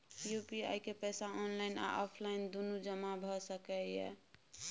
UPI के पैसा online आ ऑफलाइन दुनू जमा भ सकै इ?